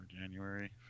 January